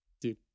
dude